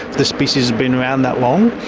the species has been around that long.